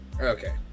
Okay